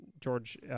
George